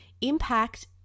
impact